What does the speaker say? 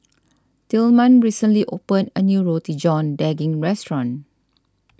Tilman recently opened a new Roti John Daging restaurant